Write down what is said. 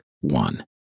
one